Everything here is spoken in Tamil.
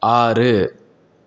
ஆறு